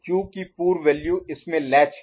Q की पूर्व value इसमें लैच है